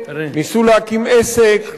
ניסו להקים עסק,